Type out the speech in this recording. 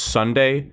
Sunday